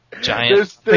giant